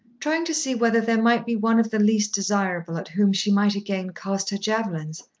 trying to see whether there might be one of the least desirable at whom she might again cast her javelins.